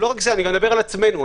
אני מדבר על עצמנו.